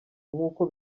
nk’uko